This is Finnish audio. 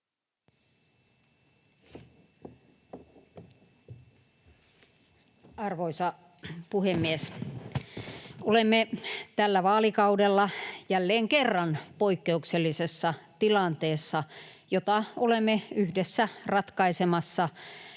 Arvoisa puhemies! Olemme tällä vaalikaudella jälleen kerran poikkeuksellisessa tilanteessa, jota olemme yhdessä ratkaisemassa